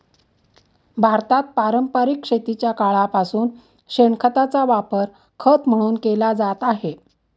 भारतात पारंपरिक शेतीच्या काळापासून शेणखताचा वापर खत म्हणून केला जात आहे